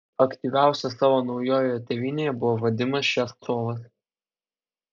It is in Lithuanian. aktyviausias savo naujoje tėvynėje buvo vadimas ševcovas